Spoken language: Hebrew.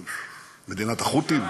מדינת החות'ים?